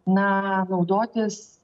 na naudotis